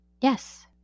Yes